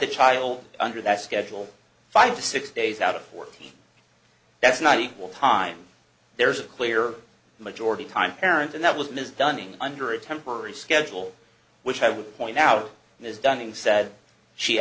a child under that schedule five to six days out of fourteen that's not equal time there's a clear majority time parent and that was ms dunning under a temporary schedule which i would point out is dunning said she